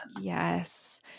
Yes